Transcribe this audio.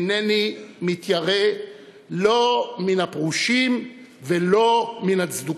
אינני מתיירא לא מן הפרושים ולא מן הצדוקים.